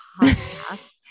podcast